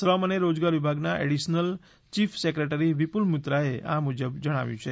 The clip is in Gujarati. શ્રમ અને રોજગાર વિભાગના એડીશનલ ચીફ સેક્રેટરી વિપુલ મિત્રાએ આ મુજબ જણાવ્યુ છે